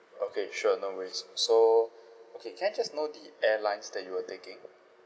okay sure no worries so okay can I just know the airlines that you were taking